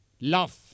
love